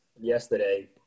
yesterday